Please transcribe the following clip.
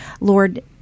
Lord